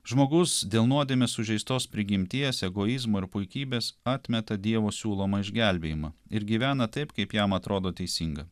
žmogus dėl nuodėmės sužeistos prigimties egoizmo ir puikybės atmeta dievo siūlomą išgelbėjimą ir gyvena taip kaip jam atrodo teisinga